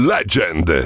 Legend